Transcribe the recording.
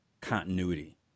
continuity